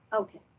okay